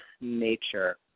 nature